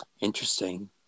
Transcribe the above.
Interesting